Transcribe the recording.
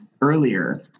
earlier